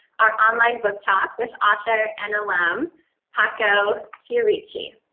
our online book talk with author and alumn paco chierici.